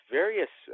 various